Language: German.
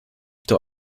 der